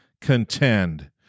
contend